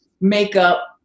makeup